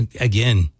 again